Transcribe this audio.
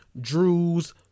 Drew's